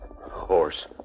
Horse